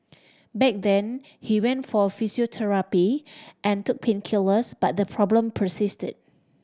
back then he went for physiotherapy and took painkillers but the problem persisted